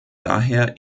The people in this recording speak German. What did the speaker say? daher